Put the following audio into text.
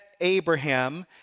Abraham